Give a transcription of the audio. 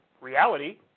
reality